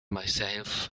myself